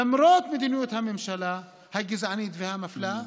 למרות מדיניות הממשלה הגזענית והמפלה.